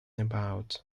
about